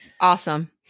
Awesome